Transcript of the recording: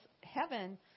heaven